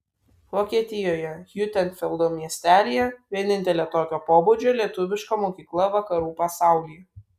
vokietijoje hiutenfeldo miestelyje vienintelė tokio pobūdžio lietuviška mokykla vakarų pasaulyje